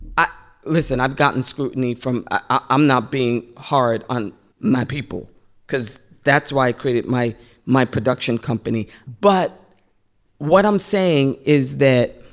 listen i've gotten scrutiny from i'm not being hard on my people because that's why i created my my production company. but what i'm saying is that